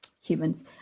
humans